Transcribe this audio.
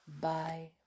Bye